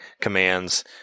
commands